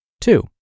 Two